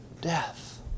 death